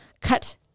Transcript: cut